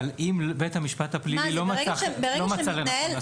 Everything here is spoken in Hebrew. אם בית המשפט הפלילי לא מצא לנכון לעשות